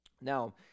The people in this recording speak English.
Now